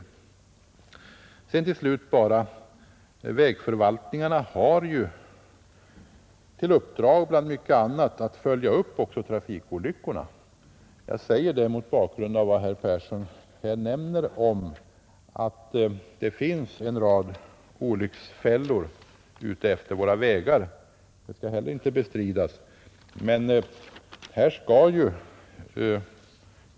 till statens vägverk för att öka trafiksäkerheten Till slut vill jag säga att vägförvaltningarna ju bland mycket annat har i uppdrag att följa upp också trafikolyckorna. Jag säger detta mot bakgrunden av vad herr Persson i Heden nämnde om att det finns en rad trafikfällor utefter våra vägar. Det skall inte bestridas.